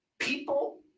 people